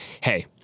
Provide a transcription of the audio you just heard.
hey